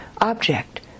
object